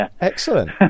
excellent